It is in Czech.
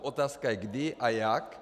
Otázka je kdy a jak.